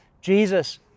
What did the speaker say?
Jesus